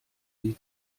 sie